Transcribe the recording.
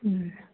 ਜੀ